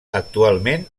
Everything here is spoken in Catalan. actualment